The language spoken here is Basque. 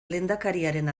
lehendakariaren